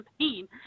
campaign